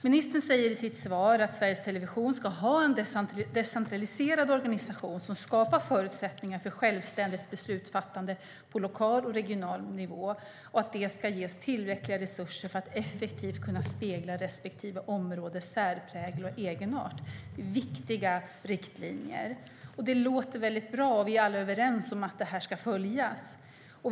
Ministern säger i sitt svar att Sveriges Television ska ha en decentraliserad organisation som skapar förutsättningar för självständigt beslutfattande på lokal och regional nivå och att den ska ges tillräckliga resurser för att effektivt kunna spegla respektive områdes särprägel och egenart. Det är viktiga riktlinjer. Det låter mycket bra, och vi är alla överens om att detta ska följas.